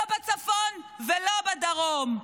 לא בצפון ולא בדרום.